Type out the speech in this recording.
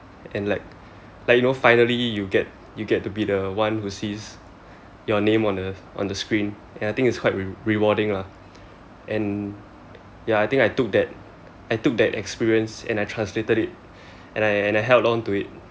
and like like you know finally you get you get to be the one who sees your name on the on the screen and I think it's quite quite rewarding lah and ya I think I took that I took that experience and I translated it and I I held on to it